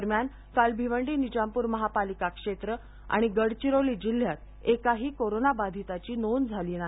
दरम्यान काल भिवंडी निजामपूर महानगरपालिका क्षेत्र आणि गडचिरोली जिल्ह्यात एकाही कोरोना बाधितांची नोंद झाली नाही